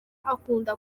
akunda